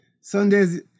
Sundays